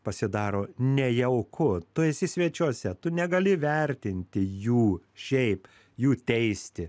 pasidaro nejauku tu esi svečiuose tu negali vertinti jų šiaip jų teisti